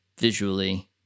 visually